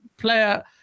player